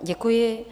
Děkuji.